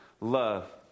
love